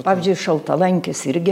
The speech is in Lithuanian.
pavyzdžiui šaltalankis irgi